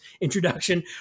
introduction